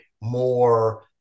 more